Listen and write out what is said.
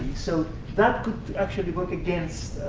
so that could actually work against